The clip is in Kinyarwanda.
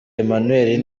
emmanuel